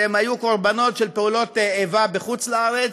שהיו קורבנות של פעולות איבה בחוץ-לארץ.